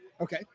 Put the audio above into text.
Okay